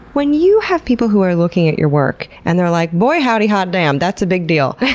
when you have people who are looking at your work and they're like, boy howdy hot damn! that's a big deal,